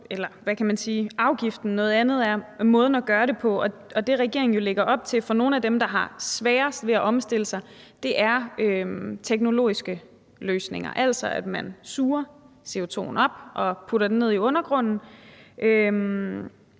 Villadsen (EL): Ét er afgiften, noget andet er måden at gøre det på. Og det, regeringen jo lægger op til for nogle af dem, der har sværest ved være at omstille sig, er teknologiske løsninger, altså at man suger CO2'en op og putter den ned i undergrunden. Og